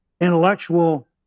intellectual